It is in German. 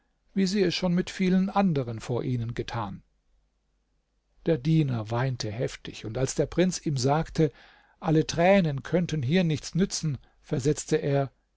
wie sie es schon mit vielen anderen vor ihnen getan der diener weinte heftig und als der prinz ihm sagte alle tränen könnten hier nichts nützen versetzte er